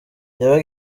yabaga